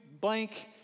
blank